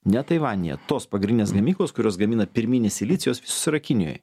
ne taivanyje tos pagrindinės gamyklos kurios gamina pirminį silicį jos visos yra kinijoj